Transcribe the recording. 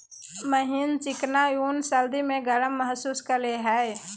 महीन चिकना ऊन सर्दी में गर्म महसूस करेय हइ